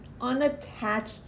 unattached